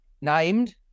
Named